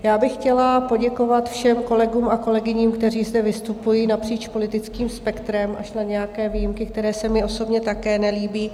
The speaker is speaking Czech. Já bych chtěla poděkovat všem kolegům a kolegyním, kteří zde vystupují napříč politickým spektrem, až na nějaké výjimky, které se mi osobně také nelíbí.